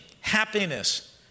happiness